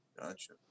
gotcha